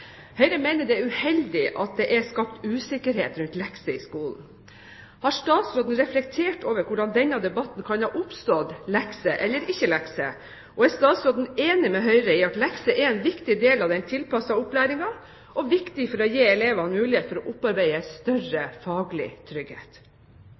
Høyre mener det er uheldig at det er skapt usikkerhet rundt lekser i skolen. Har statsråden reflektert over hvordan denne debatten om lekser eller ikke lekser kan ha oppstått? Og er statsråden enig med Høyre i at lekser er en viktig del av den tilpassede opplæringen og viktig for å gi elevene mulighet for å opparbeide større